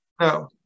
No